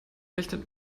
rechnet